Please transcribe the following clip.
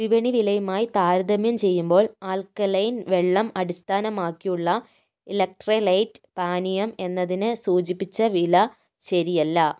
വിപണി വിലയുമായി താരതമ്യം ചെയ്യുമ്പോൾ ആൽക്കലൈൻ വെള്ളം അടിസ്ഥാനമാക്കിയുള്ള ഇലക്ട്രെലൈറ്റ് പാനീയം എന്നതിന് സൂചിപ്പിച്ച വില ശരിയല്ല